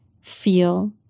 feel